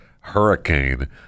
hurricane